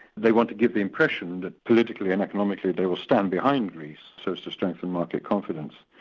they want to give the impression that political and economically they will stand behind greece so as to strengthen market confidence,